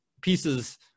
pieces